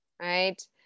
right